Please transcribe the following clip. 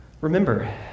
Remember